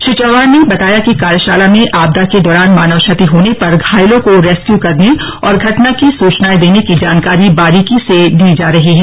श्री चौहान ने बताया कि कार्यशाला में आपदा के दौरान मानव क्षति होने पर घायलों को रेसक्यू करने और घटना की सूचनाएं देने की जानकारी बारीकी से दी जा रही है